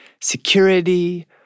security